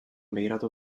begiratu